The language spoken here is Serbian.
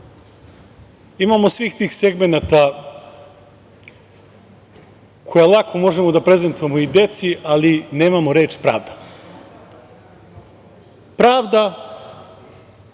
imamo svih tih segmenata koja lako možemo da prezentujemo deci, ali nemamo reč „pravda“.Pravda,